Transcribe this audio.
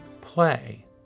play